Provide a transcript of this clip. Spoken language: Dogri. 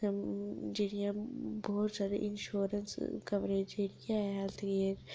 जेह्ड़ियां बहुत जादा जेह्ड़ियां इंश्योरेंस कवरेज जेह्ड़ी ऐ हैल्थ दी